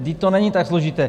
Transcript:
Vždyť to není tak složité.